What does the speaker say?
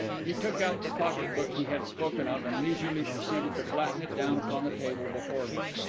he took out the pocket-book he had spoken of and leisurely proceeded to flatten it down upon the table before him.